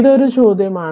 ഇത് ഒരു ചോദ്യമാണ്